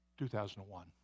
2001